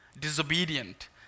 disobedient